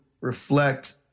reflect